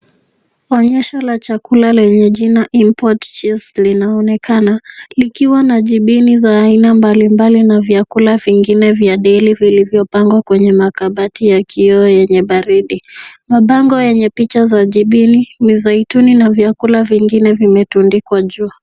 Onyesho la chakula lenye jina Import cheese likiwa na jibini za aina mbalimbali na vyakula vingine vya deli vlivyopangwa kwenye makabati ya kioo yenye baridi. Mabango yenye picha za jibini na zaituni na vyakula vingine vimetundikwa juu.